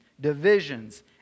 divisions